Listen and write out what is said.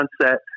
sunset